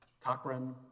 Cochrane